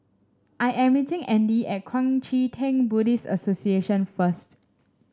I am meeting Andy at Kuang Chee Tng Buddhist Association first